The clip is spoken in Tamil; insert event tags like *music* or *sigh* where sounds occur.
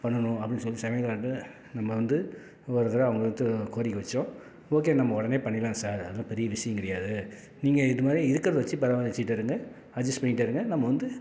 பண்ணணும் அப்டின்னு சொல்லி சமையல்காரர்ட்டா நம்ம வந்து *unintelligible* அவங்கள்ட்ட கோரிக்கை வச்சோம் ஓகே நம்ம உடனே பண்ணிடலாம் சார் அதெலாம் பெரிய விஷியம் கிடையாது நீங்க இது மாதிரி இருக்கறதை வச்சி பரிமாறிச்சிட்டு இருங்க அட்ஜஸ் பண்ணிகிட்டே இருங்க நம்ம வந்து